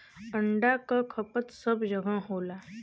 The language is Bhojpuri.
अंडा क खपत सब जगह होला